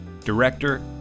director